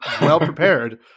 well-prepared